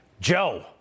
JOE